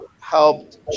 helped